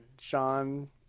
Sean